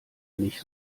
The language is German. nicht